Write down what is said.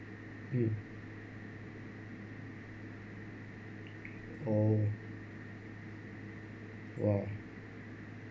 mm oh !wow!